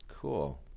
Cool